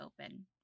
open